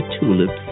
tulips